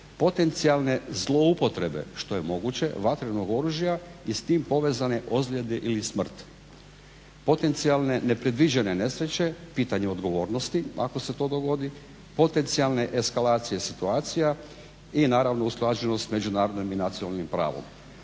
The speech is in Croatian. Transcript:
potencijalne zloupotrebe što je moguće vatrenog oružja i s tim povezane ozljede ili smrt, potencijalne nepredviđene nesreće, pitanje odgovornosti, ako se to dogodi, potencijalne eskalacije situacija i naravno usklađenost s međunarodnim i nacionalnim pravom.